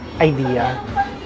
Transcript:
idea